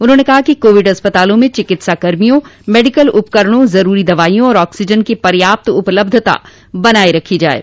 उन्होंने कहा कि कोविड अस्पतालो में चिकित्सा कर्मियों मेडिकल उपकरणों जरूरी दवाइयों तथा आक्सीजन की पर्याप्त उपलब्धता बनायी रखी जाये